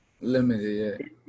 limited